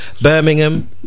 Birmingham